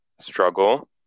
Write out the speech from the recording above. struggle